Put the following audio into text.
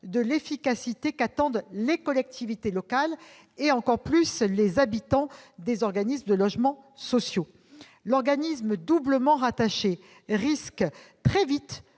de l'efficacité qu'attendent les collectivités locales, et encore plus les habitants, des organismes de logements sociaux. L'organisme doublement rattaché risque très vite